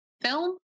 film